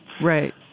Right